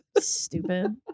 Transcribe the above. Stupid